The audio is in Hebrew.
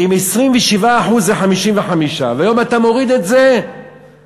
אם 27% זה 55%, והיום אתה מוריד את זה ל-30%.